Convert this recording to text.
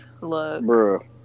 look